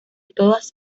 todas